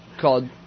called